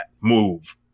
move